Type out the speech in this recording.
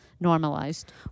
normalized